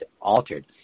altered